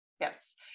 yes